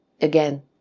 Again